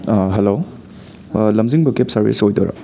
hello ꯂꯝꯖꯤꯡꯕ cab service ꯑꯣꯏꯗꯣꯏꯔꯥ